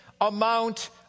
amount